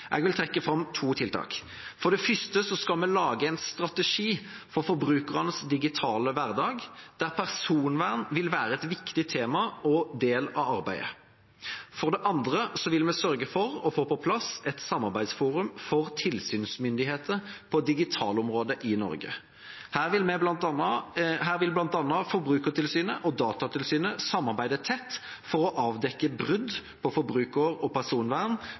Jeg vil trekke fram to tiltak: For det første skal vi lage en strategi for forbrukernes digitale hverdag der personvern vil være et viktig tema og del av arbeidet. For det andre vil vi sørge for å få på plass et samarbeidsforum for tilsynsmyndigheter på digitalområdet i Norge. Her vil bl.a. Forbrukertilsynet og Datatilsynet samarbeide tett for å avdekke brudd på forbruker- og personvern